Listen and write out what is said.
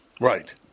Right